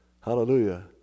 Hallelujah